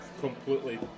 completely